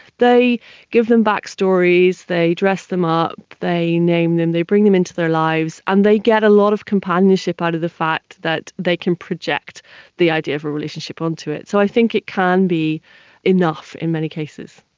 they give them backstories, they dress them up, they name them, they bring them into their lives, and they get a lot of companionship out of the fact that they can project the idea of a relationship onto onto it. so i think it can be enough in many cases.